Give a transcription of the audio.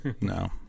no